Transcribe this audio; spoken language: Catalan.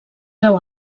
veu